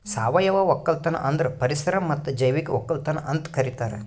ಸಾವಯವ ಒಕ್ಕಲತನ ಅಂದುರ್ ಪರಿಸರ ಮತ್ತ್ ಜೈವಿಕ ಒಕ್ಕಲತನ ಅಂತ್ ಕರಿತಾರ್